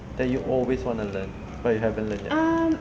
that you always want to learn but you haven't learnt yet